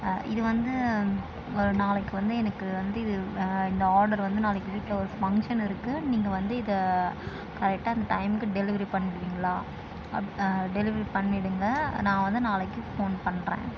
இது வந்து ஒரு நாளைக்கு வந்து எனக்கு வந்து இது இந்த ஆர்டரு வந்து நாளைக்கு வீட்டில் ஒரு ஃபங்க்ஷன் இருக்குது நீங்கள் வந்து இதை கரெக்டாக அந்த டைமுக்கு டெலிவரி பண்ணிவிடுவிங்களா அப் டெலிவரி பண்ணிவிடுங்க நான் வந்து நாளைக்கு ஃபோன் பண்ணுறேன்